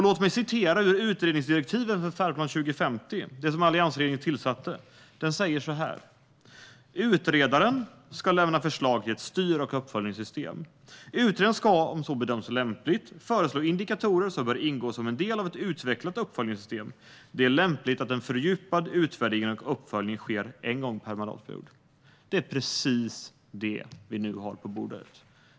Låt mig citera ur utredningsdirektiven för Miljöfärdplan 2050, som Alliansregeringen tillsatte. "Utredaren ska lämna förslag till ett styr och uppföljningssystem. Utredaren ska, om så bedöms lämpligt, föreslå indikatorer som bör ingå som en del av ett utvecklat uppföljningssystem. Det är lämpligt att en fördjupad utvärdering och uppföljning sker en gång per mandatperiod." Det är precis det vi nu har på bordet.